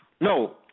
No